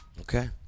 Okay